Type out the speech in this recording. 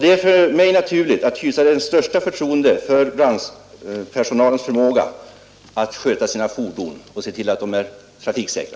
Det är för mig naturligt att hysa det största förtroende för brandpersonalens förmåga att sköta sina fordon och se till att de är trafiksäkra.